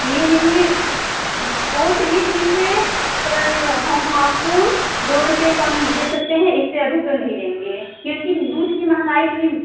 जी नहीं वो चलिए ठीक है पर हम आपको दो रुपए कम दे सकते हैं इससे अधिक तो नहीं देंगे क्योंकि दूध की महंगाई इतनी